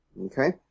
Okay